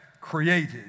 created